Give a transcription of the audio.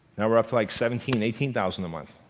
erupt like seventeen eighteen thousand a month